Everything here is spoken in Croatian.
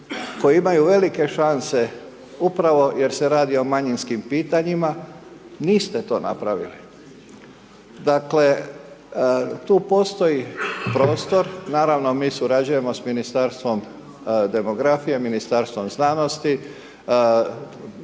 koji imaju velike šanse, upravo jer se radi o manjinskim pitanjima, niste to napravili. Dakle tu postoji prostor, naravno mi surađujemo sa Ministarstvom demografije, Ministarstvom znanosti,